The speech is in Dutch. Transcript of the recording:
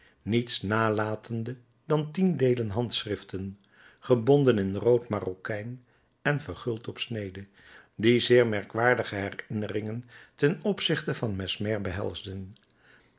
niets nalatende dan tien deelen handschriften gebonden in rood marokijn en verguld op snede die zeer merkwaardige herinneringen ten opzichte van mesmer behelsden